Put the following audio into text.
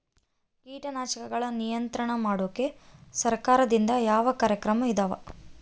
ಕೇಟನಾಶಕಗಳ ನಿಯಂತ್ರಣ ಮಾಡೋಕೆ ಸರಕಾರದಿಂದ ಯಾವ ಕಾರ್ಯಕ್ರಮ ಇದಾವ?